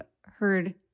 heard